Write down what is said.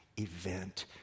event